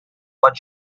what